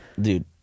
dude